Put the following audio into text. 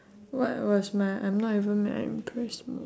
what was my I'm not even mad I'm impress mom~